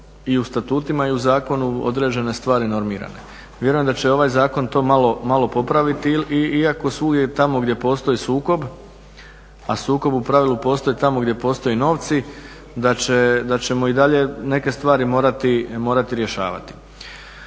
i u statutima i u zakonu određene stvari normirane. Vjerujem da će ovaj zakon to malo popraviti. Iako svugdje tamo gdje postoji sukob, a sukob u pravilu postoji tamo gdje postoje novci, da ćemo i dalje neke stvari morati rješavati.